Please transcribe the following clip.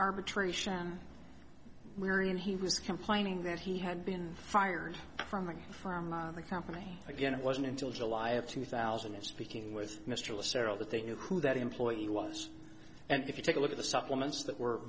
arbitration we're in he was complaining that he had been fired from any firm on the company again it wasn't until july of two thousand and speaking with mr will settle that they knew who that employee was and if you take a look at the supplements that were